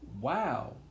wow